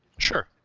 sure.